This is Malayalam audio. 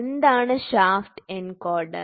എന്താണ് ഷാഫ്റ്റ് എൻകോഡർ